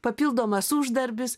papildomas uždarbis